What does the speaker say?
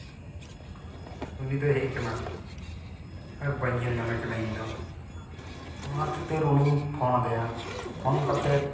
ᱩᱱᱤ ᱫᱚ ᱦᱮᱡ ᱠᱟᱱᱟ ᱟᱨ ᱵᱟᱹᱧ ᱧᱮᱞ ᱧᱟᱢᱮ ᱠᱟᱱᱟ ᱤᱧ ᱫᱚ ᱚᱱᱟᱠᱷᱟᱹᱛᱤᱨ ᱩᱱᱤᱧ ᱯᱷᱳᱱ ᱟᱫᱮᱭᱟ ᱯᱷᱳᱱ ᱠᱟᱛᱮ